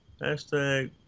Hashtag